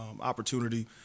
opportunity